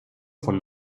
von